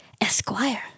Esquire